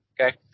Okay